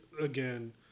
again